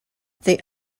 they